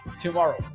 tomorrow